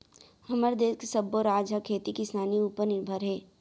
हमर देस के सब्बो राज ह खेती किसानी उपर निरभर हे